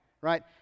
right